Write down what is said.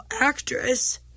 actress